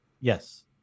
Yes